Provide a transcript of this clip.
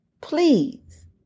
Please